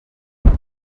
hill